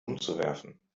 umzuwerfen